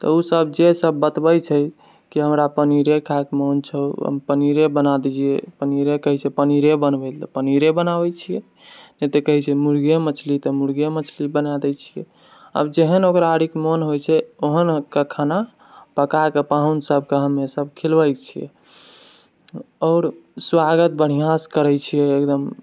तऽ ओ सब जेसब बतबैछै कि हमरा पनीरे खायके मोन छौ पनीरे बना दीहे पनीरे कहै छै बनबैले तऽ पनीरे बनबै छिए नहि तऽ कहै छै मुर्गे मछली तऽ मुर्गे मछली बना दए छिए आब जेहन ओकरा मोन होइत छै ओहनके खाना पकाके पाहुन सबके हम्मे सब खिलबए छिए आओर स्वागत बढ़िआँसँ करैत छिऐ एकदम